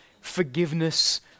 forgiveness